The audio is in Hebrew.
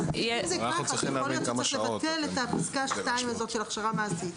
אם זה כך אז יכול להיות שצריך לבטל את פסקה 2 של ההכשרה המעשית.